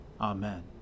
Amen